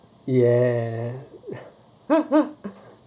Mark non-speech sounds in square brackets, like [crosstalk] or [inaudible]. yes [laughs]